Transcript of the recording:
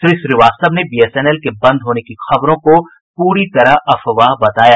श्री श्रीवास्तव ने बीएसएनएल के बंद होने की खबरों को पूरी तरह अफवाह बताया